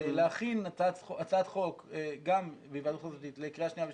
להכין הצעת חוק לקריאה שנייה ושלישית,